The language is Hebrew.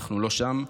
אנחנו לא שם.